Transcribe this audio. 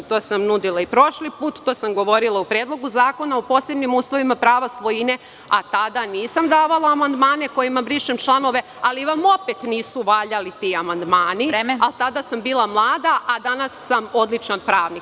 To sam nudila i prošli put, to sam govorila u predlogu zakona o posebnim uslovima prava svojine, a tada nisam davala amandmane kojima brišem članove, ali vam opet nisu valjali ti amandmani… (Predsedavajuća: Vreme.) … a tada sam bila mlada, a danas sam odličan pravnik.